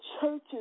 churches